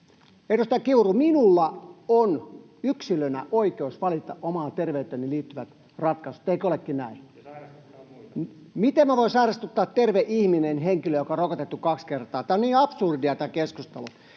Edustaja Kiuru, minulla on yksilönä oikeus valita omaan terveyteeni liittyvät ratkaisut. Eikö olekin näin? [Pauli Kiuru: Te sairastutatte muita!] — Miten minä voin sairastuttaa, terve ihminen, henkilön, joka on rokotettu kaksi kertaa? Tämä on niin absurdia